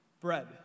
Bread